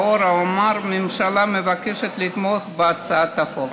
לאור האמור, הממשלה מבקשת לתמוך בהצעת החוק.